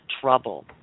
trouble